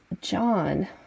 John